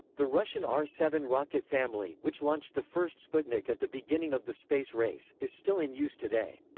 the russian r seven rocket family, which launched the first sputnik at the beginning of the space race, is still in use today.